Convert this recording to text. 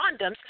condoms